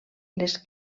les